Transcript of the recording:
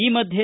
ಈ ಮಧ್ಯೆ